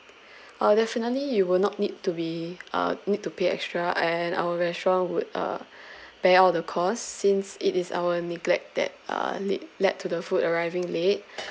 uh definitely you will not need to be uh need to pay extra and our restaurant would uh bear all the costs since it is our neglect that uh lead led to the food arriving late